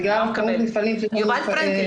בגלל כמות המפעלים שצריכים להכין בהם נהלים.